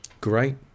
Great